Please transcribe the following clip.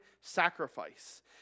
sacrifice